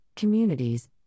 Communities